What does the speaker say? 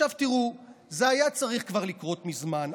תראו, זה היה צריך לקרות כבר מזמן.